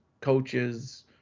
coaches